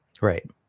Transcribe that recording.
Right